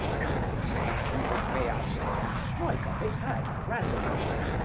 goe, take him away i say, and strike off his head presently,